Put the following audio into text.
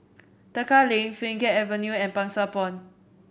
Tekka Lane Pheng Geck Avenue and Pang Sua Pond